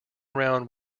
around